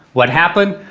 what happened?